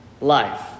life